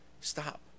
Stop